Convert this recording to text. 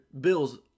Bills